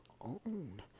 own